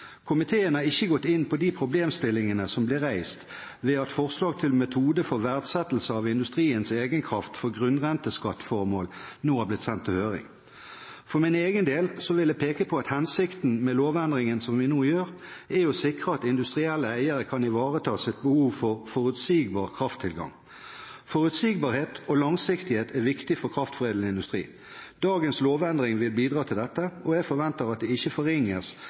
Komiteen har ikke gått inn på de problemstillingene som blir reist ved at forslag til metode for verdsettelse av industriens egenkraft for grunnrenteskattformål nå har blitt sendt på høring. For min egen del vil jeg peke på at hensikten med lovendringen som vi nå gjør, er å sikre at industrielle eiere kan ivareta sitt behov for forutsigbar krafttilgang. Forutsigbarhet og langsiktighet er viktig for kraftforedlende industri. Dagens lovendring vil bidra til dette, og jeg forventer at det ikke forringes